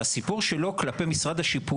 שהסיפור שלו כלפי משרד השיכון,